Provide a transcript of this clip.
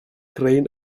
grain